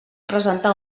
presentar